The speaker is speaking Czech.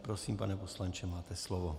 Prosím, pane poslanče, máte slovo.